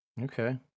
Okay